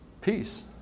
peace